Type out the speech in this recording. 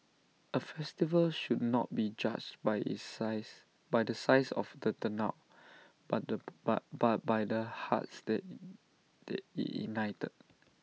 A festival should not be judged by the size by the size of the turnout but by by the hearts that that IT ignited